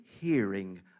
hearing